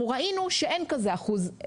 אנחנו ראינו שאין כזה אחוז,